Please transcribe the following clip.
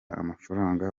amafaranga